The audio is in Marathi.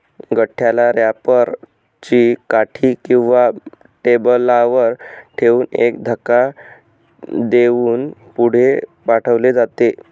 गठ्ठ्याला रॅपर ची काठी किंवा टेबलावर ठेवून एक धक्का देऊन पुढे पाठवले जाते